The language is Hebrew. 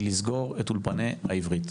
היא לסגור את האולפנים ללימוד עברית.